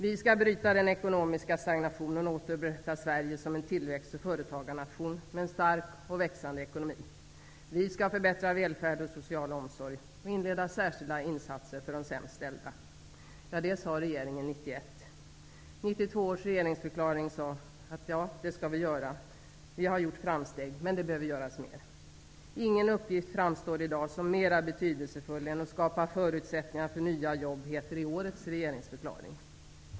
Vi skall bryta den ekonomiska stagnationen och återupprätta Sverige som en tillväxt och företagarnation med en stark och växande ekonomi. Vi skall förbättra välfärd och social omsorg, och inleda särskilda insatser för de sämst ställda, sade regeringen 1991. 1992 års regeringsförklaring sade: Ja, det skall vi göra. Vi har gjort framsteg, men mer behöver göras. Ingen uppgift framstår i dag som mer betydelsefull än att skapa förutsättningar för nya jobb, heter det i årets regeringsförklaring.